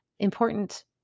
important